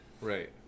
Right